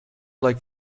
like